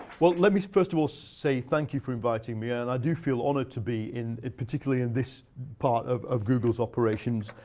well, let me first of all say thank you for inviting me. and i do feel honored to be particularly in this part of of google's operations.